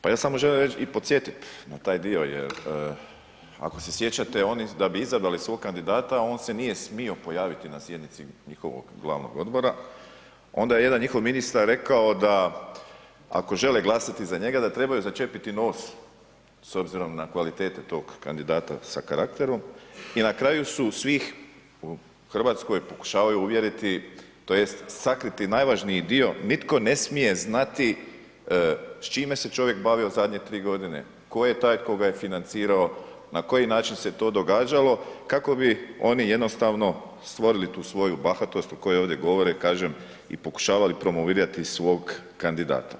Pa ja samo želim reći i podsjetiti na taj dio jer ako se sjećate, oni da bi izabrali svog kandidata, on se nije smio pojaviti na sjednici njihovog glavnog odbora, onda je jedan njihov ministar rekao da, ako žele glasati za njega, da trebaju začepiti nos s obzirom na kvalitete tog kandidata sa karakterom i na kraju su svih u Hrvatskoj pokušavaju uvjeriti, tj. sakriti najvažniji dio, nitko ne smije znati s čime se čovjek bavio zadnje 3 godine, tko je taj tko ga je financirao, na koji način se to događalo, kako bi oni jednostavno stvorili tu svoju bahatost o kojoj ovdje govore, kažem i pokušavali promovirati svog kandidata.